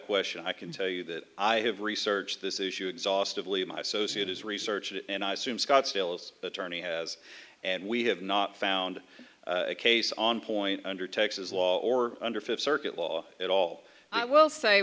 question i can tell you that i have researched this issue exhaustedly my associate is research and i assume scott stills attorney has and we have not found a case on point under texas law or under fifty circuit law at all i will say